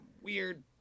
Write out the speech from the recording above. weird